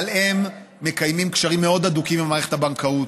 אבל הם מקיימים קשרים מאוד הדוקים עם מערכת הבנקאות,